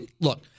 Look